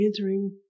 entering